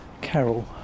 carol